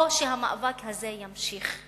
או שהמאבק הזה יימשך.